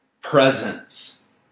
presence